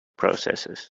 processes